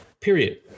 Period